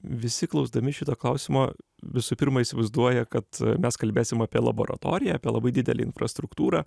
visi klausdami šito klausimo visų pirma įsivaizduoja kad mes kalbėsim apie laboratoriją apie labai didelį infrastruktūrą